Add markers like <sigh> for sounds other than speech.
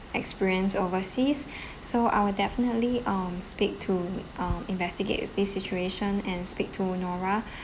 experience overseas <breath> so I will definitely um speak to uh investigate this situation and speak to nora